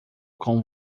com